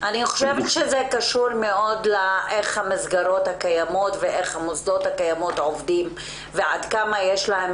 זה קשור לאיך המסגרות הקיימות עובדות ועד כמה יש להם